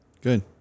Good